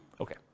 Okay